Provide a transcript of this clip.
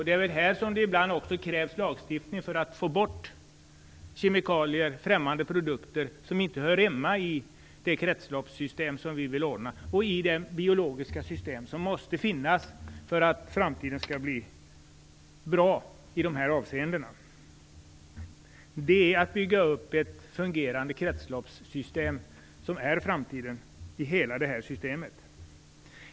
Det är här som det ibland krävs lagstiftning för att få bort kemikalier och främmande produkter som inte hör hemma i det kretsloppssystem som vi vill ordna och i det biologiska system som måste finnas för att framtiden skall bli bra i dessa avseenden. Att bygga upp ett fungerande kretsloppssystem är framtiden i hela detta system.